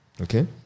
Okay